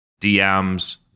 DMs